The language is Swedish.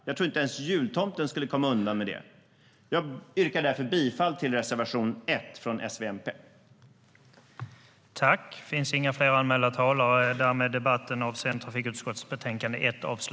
Jag tror att inte ens jultomten skulle komma undan med det. Kultur, medier, trossamfund och fritidÖverläggningen var härmed avslutad.